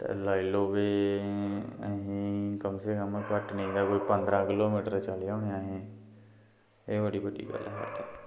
ते लाई लैओ के असें कम से कम घट्ट निं तां कोई पंदरां किलोमीटर चले होने असें एह् बड़ी बड्डी परेशानी ही